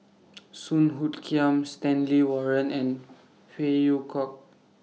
Song Hoot Kiam Stanley Warren and Phey Yew Kok